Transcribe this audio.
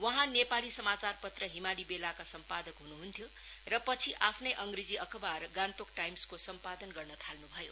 वहाँ नेपाली समाचारपत्र हिमाली बेलाका सम्पादक हुनुभपयो र पछि आफ्नै अंग्रेजी अखवार गान्तोक टाइम्स को सम्पादन गर्न थाल्नु भयो